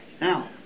Now